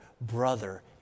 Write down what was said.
brother